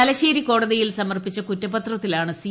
തലശ്ശേരി കോടതിയിൽ സമർപ്പിച്ച കുറ്റപത്രത്തിലാണ് സി